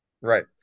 right